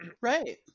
Right